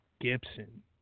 Gibson